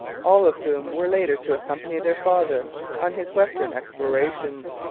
all of whom were later to accompany their father on his western explorations.